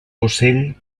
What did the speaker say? ocell